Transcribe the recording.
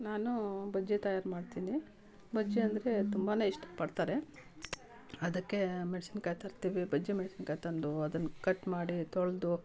ನಾನು ಬಜ್ಜಿ ತಯಾರು ಮಾಡ್ತೀನಿ ಬಜ್ಜಿ ಅಂದರೆ ತುಂಬಾ ಇಷ್ಟಪಡ್ತಾರೆ ಅದಕ್ಕೆ ಮೆಣಸಿನ್ಕಾಯಿ ತರ್ತೇವೆ ಬಜ್ಜಿ ಮೆಣಸಿನ್ಕಾಯಿ ತಂದು ಅದನ್ನು ಕಟ್ ಮಾಡಿ ತೊಳೆದು